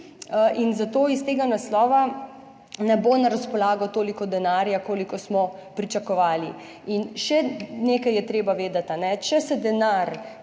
in zato iz tega naslova ne bo na razpolago toliko denarja, kolikor smo pričakovali. In še nekaj je treba vedeti. Če se denar